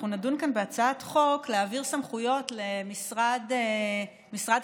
אנחנו נדון כאן בהצעת חוק להעביר סמכויות למשרד חדש,